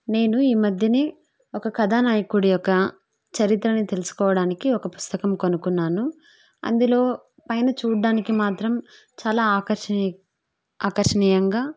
నేను ఈ మధ్యనే ఒక కథా నాయకుడి యొక్క చరిత్రను తెలుసుకోవడానికి ఒక పుస్తకం కొనుక్కున్నాను అందులో పైన చూడటానికి మాత్రం చాలా ఆకర్షణీ ఆకర్షణీయంగా